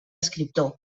escriptor